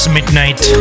Midnight